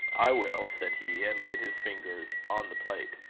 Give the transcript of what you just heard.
i will, said he, and laid his fingers on the plate.